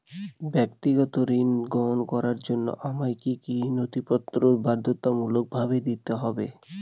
ব্যক্তিগত ঋণ গ্রহণ করার জন্য আমায় কি কী নথিপত্র বাধ্যতামূলকভাবে দেখাতে হবে?